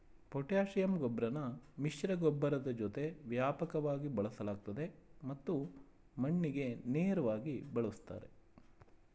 potassium ಗೊಬ್ರನ ಮಿಶ್ರಗೊಬ್ಬರದ್ ಜೊತೆ ವ್ಯಾಪಕವಾಗಿ ಬಳಸಲಾಗ್ತದೆ ಮತ್ತು ಮಣ್ಣಿಗೆ ನೇರ್ವಾಗಿ ಬಳುಸ್ತಾರೆ